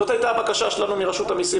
זאת הייתה הבקשה שלנו מרשות המיסים